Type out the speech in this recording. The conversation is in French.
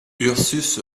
ursus